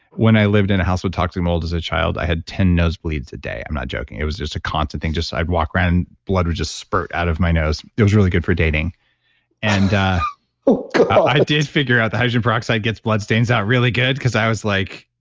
when i lived in a house, would talk to him as a child. i had ten nose bleeds a day. i'm not joking. it was just a constant thing. just i'd walk around and blood would just spurt out of my nose. it was really good for dating and i did figure out that hydrogen peroxide gets blood stains out really good because i was like,